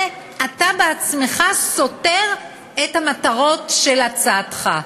אתה בעצמך סותר את המטרות של הצעתך.